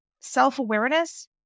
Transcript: self-awareness